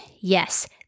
Yes